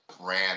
ran